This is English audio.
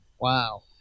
Wow